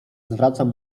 zwracam